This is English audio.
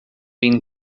been